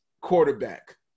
quarterback